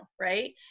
right